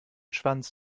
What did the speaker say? schwanz